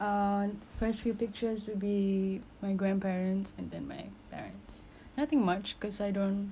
uh first few pictures would be my grandparents and then my parents nothing much cause I don't